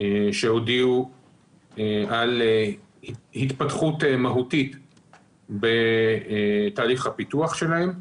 שהודיעו על התפתחות מהותית בתהליך הפיתוח שלהן.